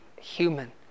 human